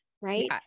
right